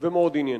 תודה.